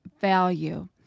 value